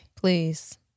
Please